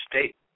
State